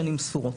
שנים ספורות,